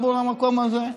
לחמו עבור המקום הזה.